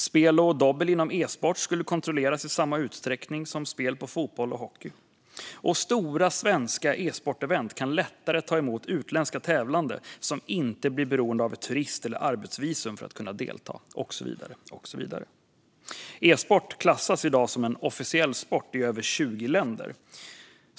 Spel och dobbel inom e-sport skulle kontrolleras i samma utsträckning som spel på fotboll och hockey. Stora svenska e-sportevent skulle lättare kunna ta emot utländska tävlande, som inte skulle vara beroende av ett turist eller arbetsvisum för att kunna delta, och så vidare. E-sport klassas i dag som en officiell sport i över 20 länder.